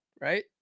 right